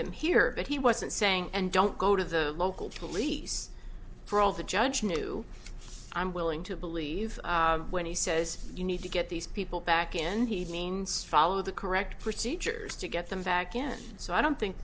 them here but he wasn't saying and don't go to the local police for all the judge new i'm willing to believe when he says you need to get these people back in he means follow the correct procedures to get them back again so i don't think